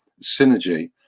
synergy